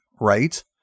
right